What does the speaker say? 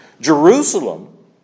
Jerusalem